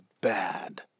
bad